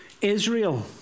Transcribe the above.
Israel